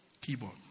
Keyboard